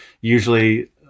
usually